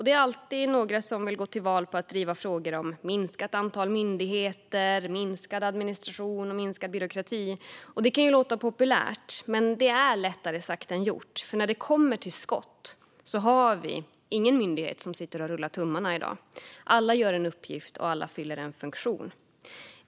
Det är alltid några som vill gå till val på att driva frågor om minskat antal myndigheter, minskad administration och minskad byråkrati. Det kan låta populärt, men det är lättare sagt än gjort, för när det kommer till kritan finns det ingen myndighet som sitter och rullar tummarna i dag. Alla gör en uppgift och fyller en funktion.